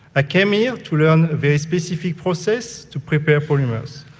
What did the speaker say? i came here to learn a very specific process to prepare polymers,